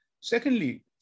Secondly